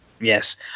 Yes